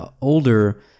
older